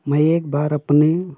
मैं एक बार अपने